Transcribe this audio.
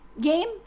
game